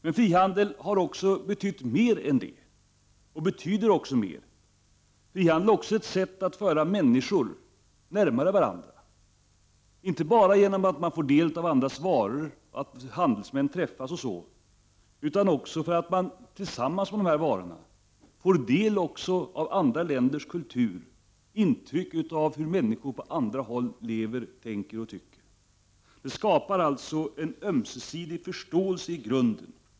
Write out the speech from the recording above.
Men frihandeln har också betytt och betyder mer än så. Frihandel är också ett sätt att föra människor närmare varandra, inte bara genom att man får del av andras varor, att handelsmän träffas utan också genom att man tillsammans med dessa varor får del av andra länders kultur, får intryck av hur människor på andra håll lever, tänker och tycker. Det skapar alltså en ömsesidig förståelse i grunden.